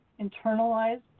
internalized